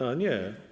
A, nie?